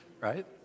right